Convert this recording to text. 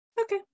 okay